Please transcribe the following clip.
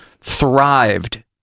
thrived